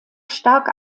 stark